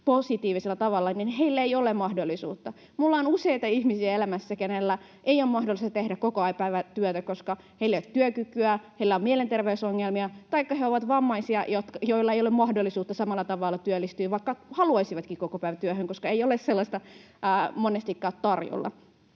positiivisella tavalla, niin hänellä ei ole mahdollisuutta. Minulla on useita ihmisiä elämässä, kenellä ei ole mahdollista tehdä kokopäivätyötä, koska heillä ei ole työkykyä, heillä on mielenterveysongelmia taikka he ovat vammaisia, joilla ei ole mahdollisuutta samalla tavalla työllistyä, vaikka haluaisivatkin kokopäivätyöhön, koska ei ole sellaista monestikaan tarjolla.